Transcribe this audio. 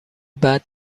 بعد